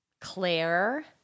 Claire